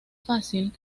fácil